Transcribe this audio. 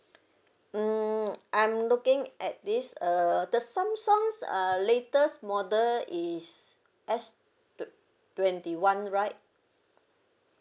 mm I'm looking at this uh the the Samsung uh latest model is S twen~ twenty one right